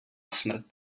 smrt